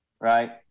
right